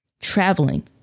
traveling